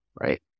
right